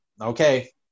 Okay